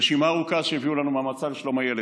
רשימה ארוכה שהביאו לנו מהמועצה לשלום הילד,